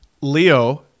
Leo